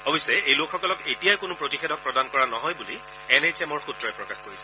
অৱশ্যে এই লোকসকলক এতিয়াই কোনো প্ৰতিষেধক প্ৰদান কৰা নহয় বুলি এন এইচ এমৰ সূত্ৰই প্ৰকাশ কৰিছে